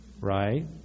right